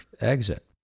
exit